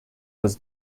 was